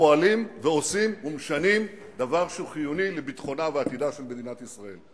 פועלים ועושים דבר שהוא חיוני לביטחונה ועתידה של מדינת ישראל,